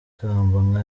ikamba